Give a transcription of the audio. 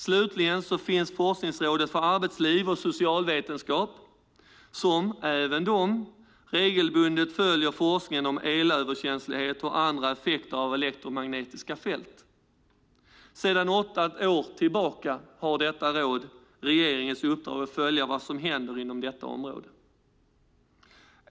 Slutligen finns Forskningsrådet för arbetsliv och socialvetenskap, som även de regelbundet följer forskningen om elöverkänslighet och andra effekter av elektromagnetiska fält. Sedan åtta år tillbaka har detta råd regeringens uppdrag att följa vad som händer inom detta område.